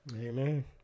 Amen